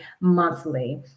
monthly